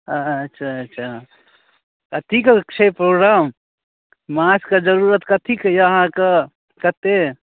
अच्छा अच्छा कथीके छै प्रोग्राम माछके जरूरत कथीके यऽ अहाँके कते